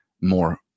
more